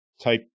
take